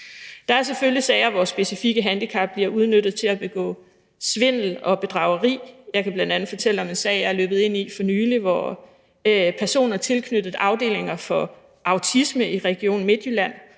Der er selvfølgelig sager, hvor specifikke handicap bliver udnyttet til at begå svindel og bedrageri. Jeg kan bl.a. fortælle om en sag, jeg er stødt på for nylig, hvor personer tilknyttet afdelinger for autisme i Region Midtjylland